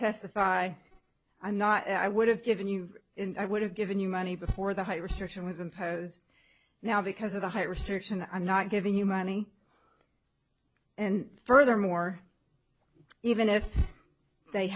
testify i'm not i would have given you i would have given you money before the height restriction was imposed now because of the height restriction i'm not giving you money and furthermore even if they